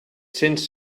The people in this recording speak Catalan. cents